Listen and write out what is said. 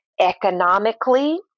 economically